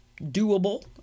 doable